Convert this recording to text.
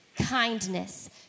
kindness